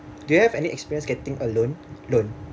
do you have any experience getting a loan loan